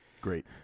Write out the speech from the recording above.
Great